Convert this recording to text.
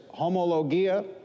homologia